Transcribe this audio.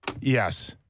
Yes